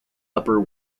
upper